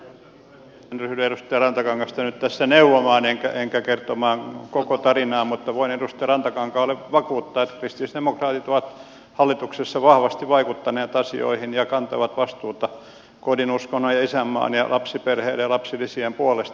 en ryhdy edustaja rantakangasta nyt tässä neuvomaan enkä kertomaan koko tarinaa mutta voin edustaja rantakankaalle vakuuttaa että kristillisdemokraatit ovat hallituksessa vahvasti vaikuttaneet asioihin ja kantavat vastuuta kodin uskonnon ja isänmaan ja lapsiperheiden ja lapsilisien puolesta